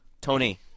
Tony